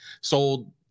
sold